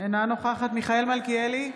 אינה נוכחת מיכאל מלכיאלי,